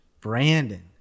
Brandon